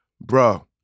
Bro